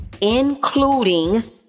including